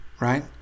right